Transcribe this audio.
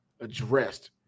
addressed